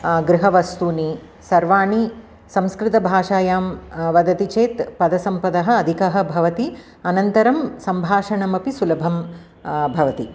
गृहवस्तूनि सर्वाणि संस्कृतभाषायां वदति चेत् पदसम्पदः अधिकः भवति अनन्तरं सम्भाषणमपि सुलभं भवति